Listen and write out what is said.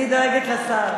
אני דואגת לשר.